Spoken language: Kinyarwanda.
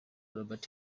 robert